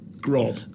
Grob